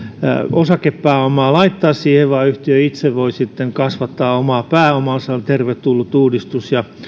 osakepääomaa laittaa siihen vaan yhtiö itse voi sitten kasvattaa omaa pääomaansa on tervetullut uudistus